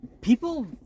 People